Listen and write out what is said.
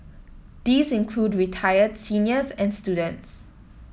these include retired seniors and students